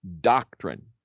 doctrine